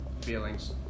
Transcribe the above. feelings